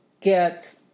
get